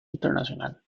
internacional